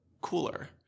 cooler